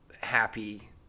happy